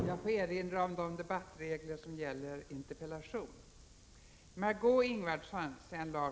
Jag får erinra om de regler som gäller vid interpellationsdebatter.